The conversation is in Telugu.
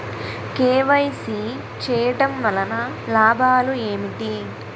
కే.వై.సీ చేయటం వలన లాభాలు ఏమిటి?